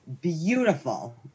beautiful